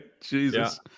jesus